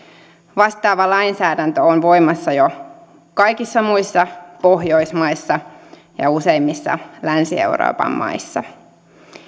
vastaava lainsäädäntö on voimassa jo kaikissa muissa pohjoismaissa ja ja useimmissa länsi euroopan maissa